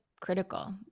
critical